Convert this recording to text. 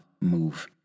move